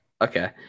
Okay